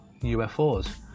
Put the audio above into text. UFOs